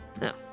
No